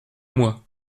mois